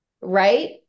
right